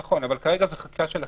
נכון, אבל כרגע זו חקיקה של הכנסת,